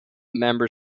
member